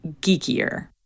geekier